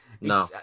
No